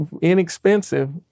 inexpensive